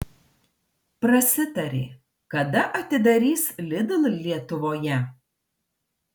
prasitarė kada atidarys lidl lietuvoje